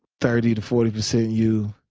thirty to forty percent you,